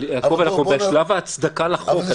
אבל, יעקב, אנחנו בשלב ההצדקה לחוק.